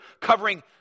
covering